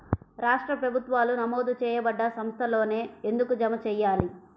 రాష్ట్ర ప్రభుత్వాలు నమోదు చేయబడ్డ సంస్థలలోనే ఎందుకు జమ చెయ్యాలి?